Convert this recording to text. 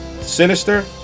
Sinister